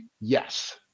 Yes